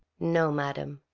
no, madam,